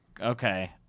okay